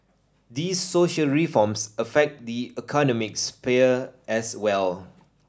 these social reforms affect the economic sphere as well